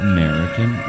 American